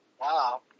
Wow